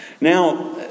Now